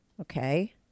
Okay